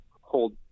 hold